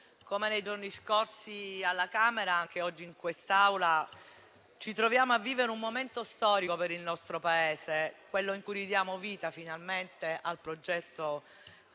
come nei giorni scorsi alla Camera, anche oggi in quest'Aula ci troviamo a vivere un momento storico per il nostro Paese, quello in cui ridiamo vita finalmente al progetto del Ponte